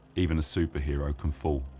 even a superhero can fall.